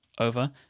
Over